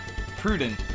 prudent